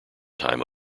time